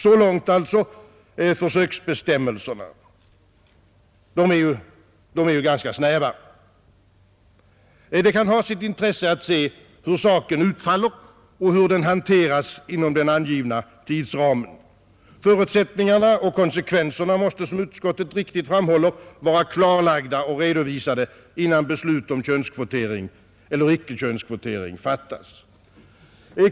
Så långt försöksbestämmelserna, som alltså är ganska snäva. Det kan ha sitt intresse att se hur försöksverksamheten utfaller och hanteras inom den angivna tidsramen. Förutsättningarna och konsekvenserna måste, såsom utskottet riktigt framhåller, vara klarlagda och redovisade innan beslut om könskvotering eller inte fattas.